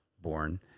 born